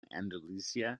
andalusia